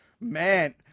man